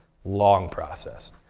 long process.